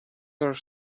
are